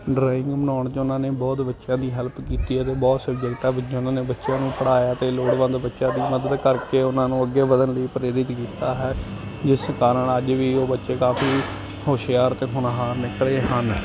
driving ਬਣਾਉਣ 'ਚ ਉਹਨਾਂ ਨੇ ਬਹੁਤ ਬੱਚਿਆਂ ਦੀ ਹੈਲਪ ਕੀਤੀ ਹੈ ਅਤੇ ਬਹੁਤ ਸਬਜੈਕਟਾਂ ਵਿੱਚ ਉਹਨਾਂ ਨੇ ਬੱਚਿਆਂ ਨੂੰ ਪੜ੍ਹਾਇਆ ਅਤੇ ਲੋੜਵੰਦ ਬੱਚਿਆਂ ਦੀ ਮਦਦ ਕਰਕੇ ਉਹਨਾਂ ਨੂੰ ਅੱਗੇ ਵਧਣ ਲਈ ਪ੍ਰੇਰਿਤ ਕੀਤਾ ਹੈ ਜਿਸ ਕਾਰਨ ਅੱਜ ਵੀ ਉਹ ਬੱਚੇ ਕਾਫ਼ੀ ਹੁਸ਼ਿਆਰ ਅਤੇ ਹੋਣਹਾਰ ਨਿਕਲੇ ਹਨ